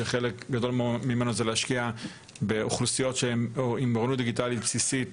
שחלק גדול ממנו זה להשקיע באוכלוסיות עם אוריינות דיגיטלית בסיסית